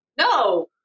No